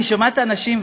אני שומעת אנשים,